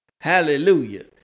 Hallelujah